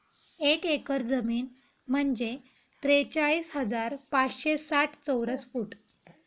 एक एकर जमीन म्हणजे त्रेचाळीस हजार पाचशे साठ चौरस फूट